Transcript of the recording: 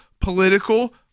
political